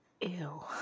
Ew